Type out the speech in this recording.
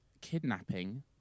kidnapping